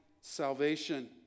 salvation